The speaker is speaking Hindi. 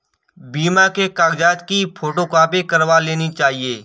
बीमा के कागजात की फोटोकॉपी करवा लेनी चाहिए